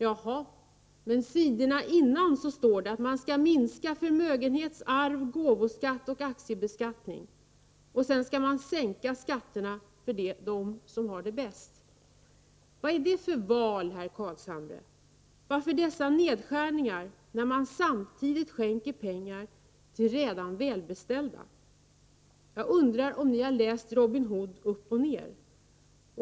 Jaha! Men sidorna innan står det att man skall minska förmögenhets-, arvsoch gåvoskatterna och aktiebeskattningen, och sedan skall man sänka skatterna för dem som har det bäst. Vad är det för ett val, herr Carlshamre? Varför dessa nedskärningar, när man samtidigt skänker pengar till redan välbeställda? Jag undrar om ni har läst Robin Hood upp och ned.